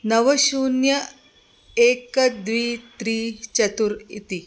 नव शून्यम् एकं द्वे त्रीणि चत्वारि इति